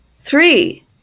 Three